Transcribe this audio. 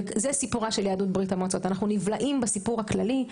זה סיפורה של יהדות ברית המועצות אנחנו נבלעים בסיפור הכללי,